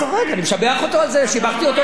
שיבחתי אותו גם ב"גלי צה"ל" עכשיו.